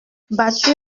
battu